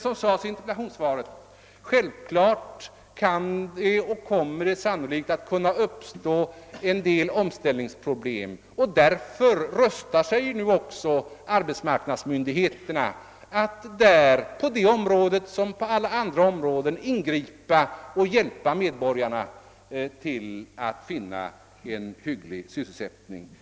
Såsom framhölls i interpellationssvaret kan det och kommer det också sannolikt att uppstå en del omställningsproblem. Därför rustar sig också arbetsmarknadsmyndigheterna nu för att på detta område liksom på alla andra ingripa och hjälpa medborgarna att få en hygglig sysselsättning.